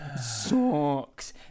sucks